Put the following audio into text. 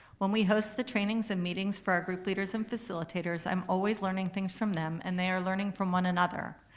when we host the trainings and meetings for our group leaders and facilitators, i'm always learning things from them and they are learning from one another.